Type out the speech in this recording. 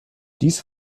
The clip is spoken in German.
dies